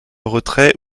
retrait